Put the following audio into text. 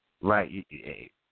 Right